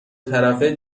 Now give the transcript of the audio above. طرفه